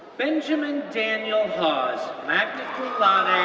benjamin daniel hawes, magna cum